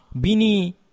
Bini